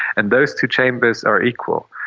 and those two chambers are equal.